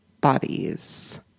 bodies